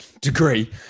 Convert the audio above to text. degree